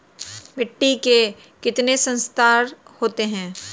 मिट्टी के कितने संस्तर होते हैं?